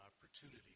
opportunity